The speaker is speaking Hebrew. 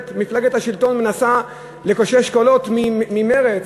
מפלגת השלטון מנסה לקושש קולות ממרצ.